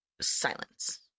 Silence